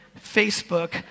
Facebook